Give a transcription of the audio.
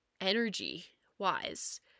energy-wise